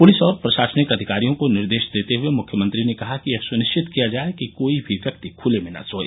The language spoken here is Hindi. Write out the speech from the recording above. पुलिस और प्रशासनिक अधिकारियों को निर्देश देते हुये मुख्यमंत्री ने कहा कि यह सुनिश्चित किया जाय कि कोई भी व्यक्ति खुले में न सोए